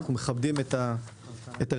אנחנו מכבדים את הרציפות.